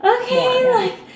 Okay